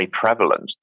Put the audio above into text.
prevalent